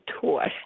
tour